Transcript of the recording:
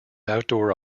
outdoor